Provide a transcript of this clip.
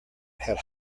had